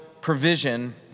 provision